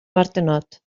martenot